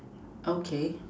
okay